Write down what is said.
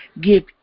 Give